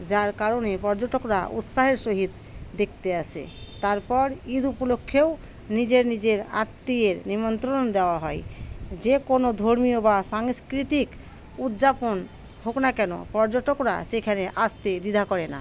যার কারণে পর্যটকরা উৎসাহের সহিত দেখতে আসে তারপর ঈদ উপলক্ষেও নিজের নিজের আত্মীয়ের নিমন্ত্রণ দেওয়া হয় যে কোনো ধর্মীয় বা সাংস্কৃতিক উদযাপন হোক না কেন পর্যটকরা সেখানে আসতে দ্বিধা করে না